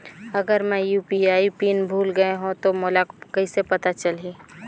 अगर मैं UPI pin भुल गये हो तो मोला कइसे पता चलही?